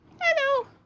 Hello